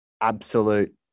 absolute